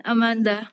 Amanda